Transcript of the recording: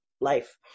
life